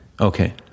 okay